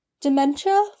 dementia